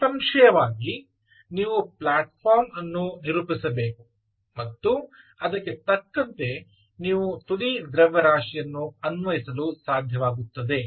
ನಿಸ್ಸಂಶಯವಾಗಿ ನೀವು ಪ್ಲಾಟ್ಫಾರ್ಮ್ ಅನ್ನು ನಿರೂಪಿಸಬೇಕು ಮತ್ತು ಅದಕ್ಕೆ ತಕ್ಕಂತೆ ನೀವು ತುದಿ ದ್ರವ್ಯರಾಶಿಯನ್ನು ಅನ್ವಯಿಸಲು ಸಾಧ್ಯವಾಗುತ್ತದೆ